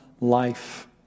life